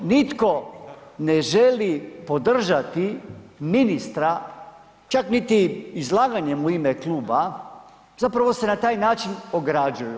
Nitko ne želi podržati ministra, čak niti izlaganjem u ime kluba, zapravo se na taj način ograđuju.